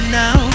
now